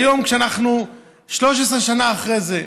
היום, כשאנחנו 13 שנה אחרי זה,